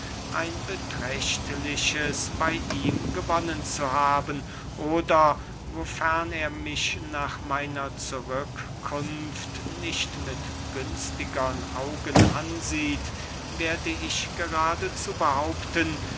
ein beträchtliches bey ihm gewonnen zu haben oder wofern er mich nach meiner zurückkunft nicht mit günstigern augen ansieht werde ich geradezu behaupten